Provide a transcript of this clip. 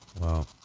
Wow